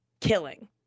killing